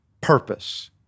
Purpose